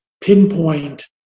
pinpoint